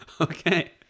Okay